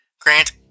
Grant